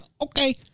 okay